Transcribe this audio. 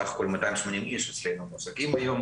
סך הכול 280 מועסקים כיום.